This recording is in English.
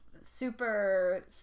super